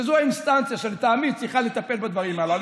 שזו האינסטנציה שלטעמי צריכה לטפל בדברים הללו,